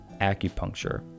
acupuncture